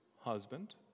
husband